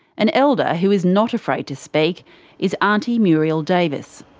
an elder who is not afraid to speak is aunty muriel davis.